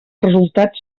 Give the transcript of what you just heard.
resultats